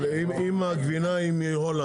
אבל אם הגבינה מהולנד?